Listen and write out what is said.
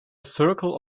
circle